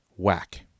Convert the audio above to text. Whack